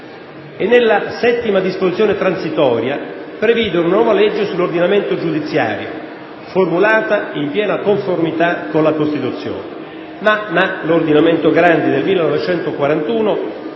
nella VII disposizione transitoria previdero una nuova legge sull'ordinamento giudiziario formulata in piena conformità con la Costituzione. Ma l'ordinamento Grandi del 1941